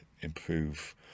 improve